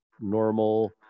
normal